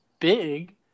big